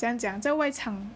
怎样讲在外场